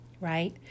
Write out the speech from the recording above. Right